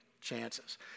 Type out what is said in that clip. chances